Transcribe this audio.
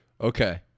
Okay